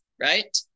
right